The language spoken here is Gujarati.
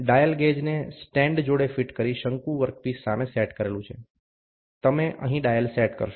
ડાયલ ગેજને સ્ટેન્ડ જોડે ફીટ કરી શંકુ વર્કપીસ સામે સેટ કરેલું છે તમે અહીં ડાયલ સેટ કરશો